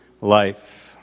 life